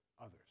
others